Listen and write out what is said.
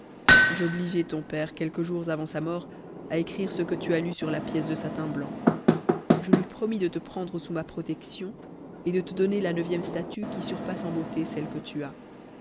j'obligeai ton père quelques jours avant sa mort a écrire ce que tu as lu sur la pièce de satin blanc je lui promis de te prendre sous ma protection et de te donner la neuvième statue qui sur passe en beauté celles que tu as